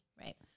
Right